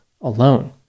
alone